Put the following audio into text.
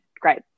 great